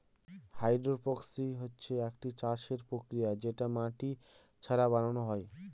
hydroponics হচ্ছে একটি চাষের প্রক্রিয়া যেটা মাটি ছাড়া বানানো হয়